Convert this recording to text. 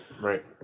right